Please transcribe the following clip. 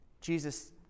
Jesus